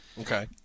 Okay